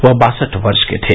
वह बासठ वर्ष के थे